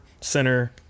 center